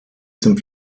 zum